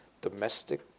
domestic